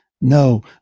No